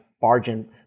bargain